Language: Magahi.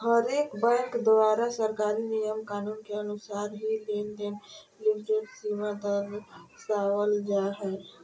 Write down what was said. हरेक बैंक द्वारा सरकारी नियम कानून के अनुसार ही लेनदेन लिमिट सीमा दरसावल जा हय